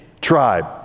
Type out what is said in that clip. tribe